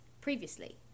Previously